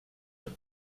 him